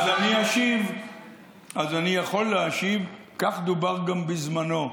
אז אני יכול להשיב, כך דובר גם בזמנו.